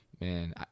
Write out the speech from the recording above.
man